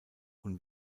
und